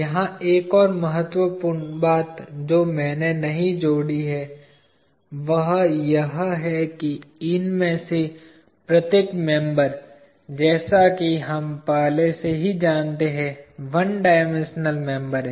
यहां एक और महत्वपूर्ण बात जो मैंने नहीं जोड़ी है वह यह है कि इनमें से प्रत्येक मेंबर जैसा कि हम पहले से ही जानते हैं 1 डायमेंशनल मेंबर हैं